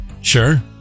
sure